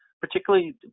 particularly